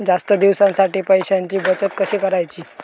जास्त दिवसांसाठी पैशांची बचत कशी करायची?